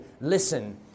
listen